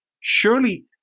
surely